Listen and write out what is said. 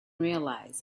realize